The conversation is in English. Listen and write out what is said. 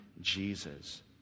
jesus